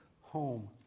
home